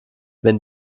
wenn